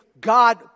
God